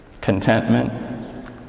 Contentment